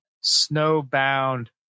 Snowbound